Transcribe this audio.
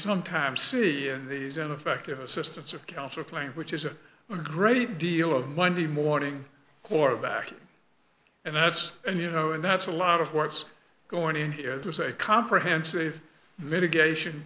sometimes see these an effective assistance of counsel claim which is a great deal of monday morning quarterbacking and that's and you know and that's a lot of what's going in here there's a comprehensive mitigation